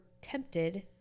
tempted